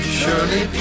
surely